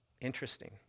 Interesting